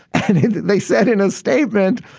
and they said in a statement,